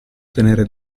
tenere